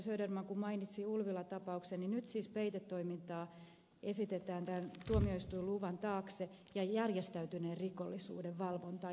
söderman mainitsi ulvilan tapauksen niin nyt siis peitetoimintaa esitetään tuomioistuinluvan taakse ja järjestäytyneen rikollisuuden valvontaan